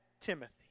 Timothy